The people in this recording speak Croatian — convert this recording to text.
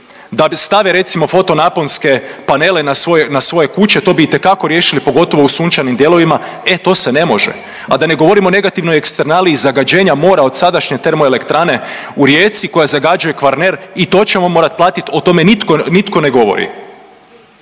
da stave recimo foto naponske panele na svoje kuće to bi itekako riješili, pogotovo u sunčanim dijelovima. E to se ne može. A da ne govorimo o negativnoj eksternaliji zagađenja mora od sadašnje TE u Rijeci koja zagađuje Kvarner i to ćemo morat platit o tome nitko ne govori.